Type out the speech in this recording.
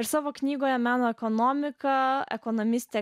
ir savo knygoje melo ekonomika ekonomistė